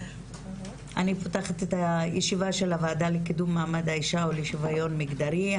אני פותחת את הישיבה של הוועדה לקידום מעמד האישה ולשוויון מגדרי.